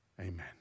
Amen